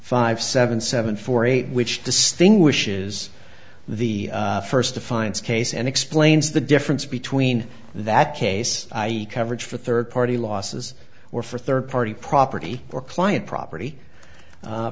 five seven seven four eight which distinguishes the first defines case and explains the difference between that case coverage for third party losses or for third party property or client property